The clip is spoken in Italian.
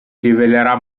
rivelerà